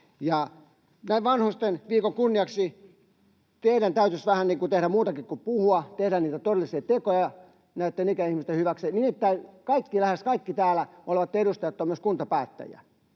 Näin Vanhustenviikon kunniaksi teidän täytyisi tehdä vähän muutakin kuin puhua, tehdä niitä todellisia tekoja ikäihmisten hyväksi, nimittäin kaikki tai lähes kaikki täällä olevat edustajat ovat myös kuntapäättäjiä.